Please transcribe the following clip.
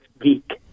geek